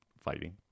fighting